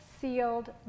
sealed